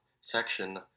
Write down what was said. section